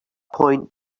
point